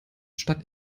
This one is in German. stadt